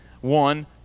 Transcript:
one